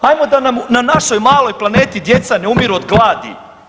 Hajmo da nam na našoj maloj planeti djeca ne umiru od gladi.